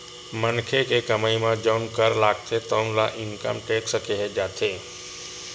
मनखे के कमई म जउन कर लागथे तउन ल इनकम टेक्स केहे जाथे